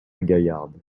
gaillarde